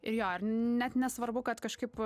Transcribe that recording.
ir jo ir net nesvarbu kad kažkaip